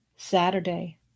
Saturday